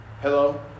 Hello